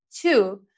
Two